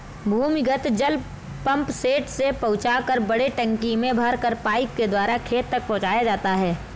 भूमिगत जल पम्पसेट से पहुँचाकर बड़े टंकी में भरकर पाइप के द्वारा खेत तक पहुँचाया जाता है